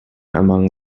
among